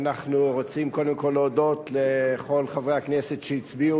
אנחנו רוצים קודם כול להודות לכל חברי הכנסת שהצביעו.